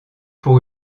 pour